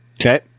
Okay